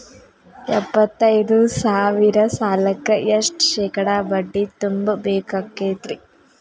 ಎಪ್ಪತ್ತೈದು ಸಾವಿರ ಸಾಲಕ್ಕ ಎಷ್ಟ ಶೇಕಡಾ ಬಡ್ಡಿ ತುಂಬ ಬೇಕಾಕ್ತೈತ್ರಿ?